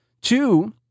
Two